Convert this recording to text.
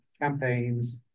campaigns